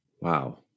Wow